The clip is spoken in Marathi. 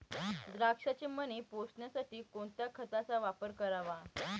द्राक्षाचे मणी पोसण्यासाठी कोणत्या खताचा वापर करावा?